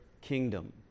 kingdom